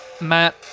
Matt